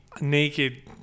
naked